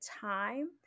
time